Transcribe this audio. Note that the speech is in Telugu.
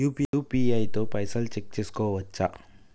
యూ.పీ.ఐ తో పైసల్ చెక్ చేసుకోవచ్చా?